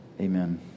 Amen